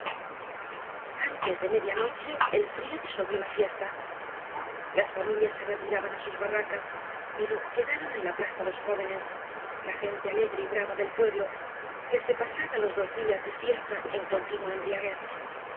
antes de media noche el frío disolvió la fiesta las familias se retiraban á sus barracas pero quedaron en la plaza los jóvenes la gente alegre y brava del pueblo que se pasaba los dos días de fiesta en continua embriaguez